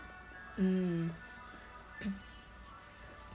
mm